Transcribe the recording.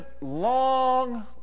long